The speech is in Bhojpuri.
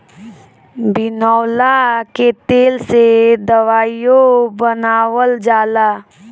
बिनौला के तेल से दवाईओ बनावल जाला